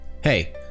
Hey